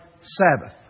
Sabbath